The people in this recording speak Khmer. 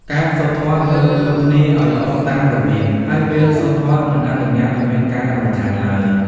ការសូត្រធម៌ត្រូវជួនគ្នាឱ្យល្អតាមរបៀប ហើយពេលសូត្រធម៌មិនអនុញ្ញាតឱ្យមានការរំខានឡើយ។